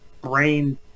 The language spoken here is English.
brain